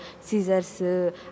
scissors